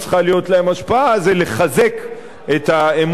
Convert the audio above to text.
זה לחזק את האמון של חברי הכנסת.